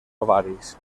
ovaris